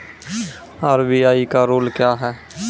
RBI का rule क्या हैं?